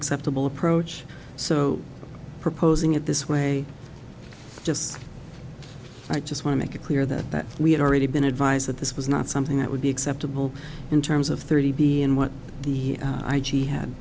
acceptable approach so proposing it this way just i just want to make it clear that that we had already been advised that this was not something that would be acceptable in terms of thirty b n what the